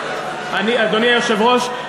אדוני היושב-ראש,